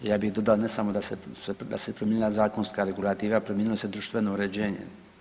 Ja bih dodao ne samo da se promijenila zakonska regulativa, promijenilo se društveno uređenje.